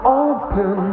open